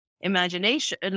imagination